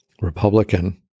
Republican